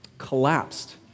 collapsed